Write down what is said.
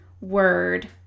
word